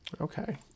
Okay